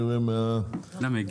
למה?